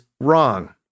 wrong